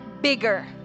bigger